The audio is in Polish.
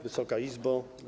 Wysoka Izbo!